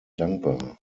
dankbar